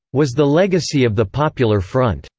was the legacy of the popular front.